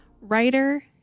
writer